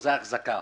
חוזי אחזקה.